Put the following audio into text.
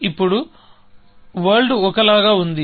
ఇప్పుడు వరల్డ్ ఒక లాగా ఉంది